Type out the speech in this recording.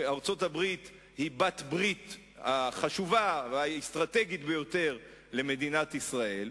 ארצות-הברית היא בעלת-הברית החשובה והאסטרטגית ביותר של מדינת ישראל.